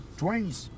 twins